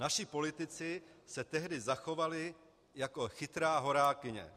Naši politici se tehdy zachovali jako chytrá horákyně.